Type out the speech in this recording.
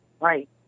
Right